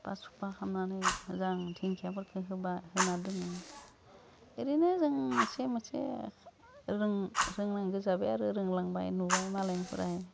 साफा सुफा खामनानै मोजां दिंखियाफोरखो होबा होना दोनो ओरैनो जों मोनसे मोनसे रों रोंनांगौ जाबाय आरो रोंलांबाय नुबाय मालायनिफ्राय